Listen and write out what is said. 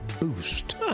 boost